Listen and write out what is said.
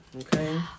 okay